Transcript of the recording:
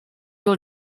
will